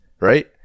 right